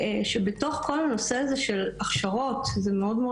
שבתוך כל הנושא הזה של הכשרות זה מאוד מאוד